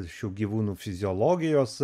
šių gyvūnų fiziologijos